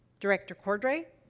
director cordray?